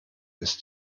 ist